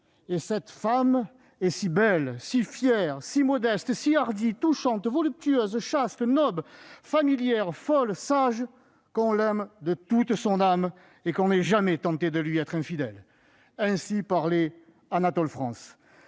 Et cette femme est si belle, si fière, si modeste, si hardie, touchante, voluptueuse, chaste, noble, familière, folle, sage, qu'on l'aime de toute son âme, et qu'on n'est jamais tenté de lui être infidèle », écrivait Anatole France.